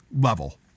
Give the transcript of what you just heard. level